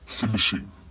finishing